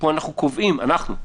פה אנחנו קובעים אנחנו,